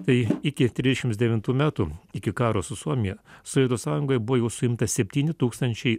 tai iki trisdešims devintų metų iki karo su suomija sovietų sąjungoj buvo jau suimta septyni tūkstančiai